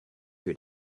two